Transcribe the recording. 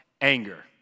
anger